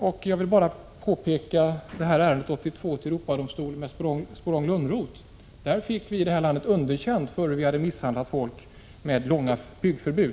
Låt mig bara åberopa ärendet Sporrong— Lönnroth i Europadomstolen 1982, där svenska staten fälldes för att människor hade misshandlats med långa byggförbud.